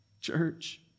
church